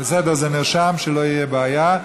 בסדר, זה נרשם, שלא תהיה בעיה.